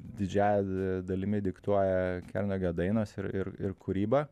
didžiąja dalimi diktuoja kernagio dainos ir ir ir kūryba